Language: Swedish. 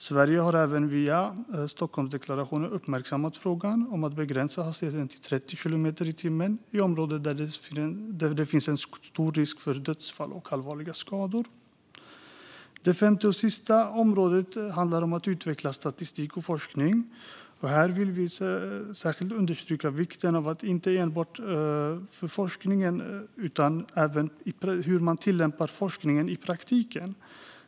Sverige har även i Stockholmsdeklarationen uppmärksammat frågan om att begränsa hastigheten till 30 kilometer i timmen i områden där det finns stor risk för dödsfall och allvarliga skador. Det femte och sista området handlar om att utveckla statistik och forskning. Här vill jag särskilt understryka vikten av att även tillämpa forskningen i praktiken.